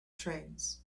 trains